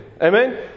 Amen